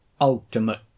ultimate